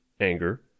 Anger